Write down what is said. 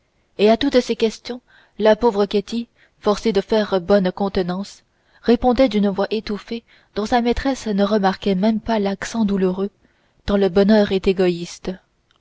et à toutes ces questions la pauvre ketty forcée de faire bonne contenance répondait d'une voix étouffée dont sa maîtresse ne remarquait même pas l'accent douloureux tant le bonheur est égoïste